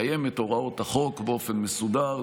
לקיים את הוראות החוק באופן מסודר,